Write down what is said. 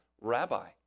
Rabbi